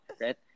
right